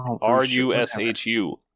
R-U-S-H-U